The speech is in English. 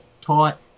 taught